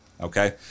okay